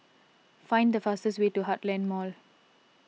find the fastest way to Heartland Mall